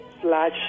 slash